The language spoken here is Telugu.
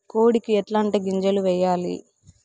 కోడికి ఎట్లాంటి గింజలు వేయాలి?